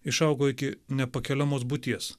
išaugo iki nepakeliamos būties